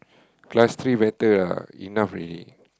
class three better ah enough already